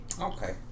Okay